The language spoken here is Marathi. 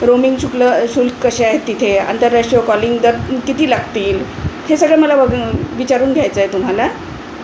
रोमिंग शुक्ल शुल्क कसे आहेत तिथे अंतरराष्ट्रीय कॉलिंग दर किती लागतील हे सगळं मला बघून विचारून घ्यायचं आहे तुम्हाला